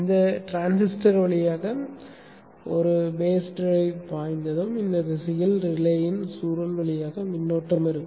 இந்த டிரான்சிஸ்டர் வழியாக ஒரு பேஸ் டிரைவ் பாய்ந்ததும் இந்த திசையில் ரிலேயின் சுருள் வழியாக மின்னோட்டம் இருக்கும்